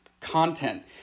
content